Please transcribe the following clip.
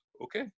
Okay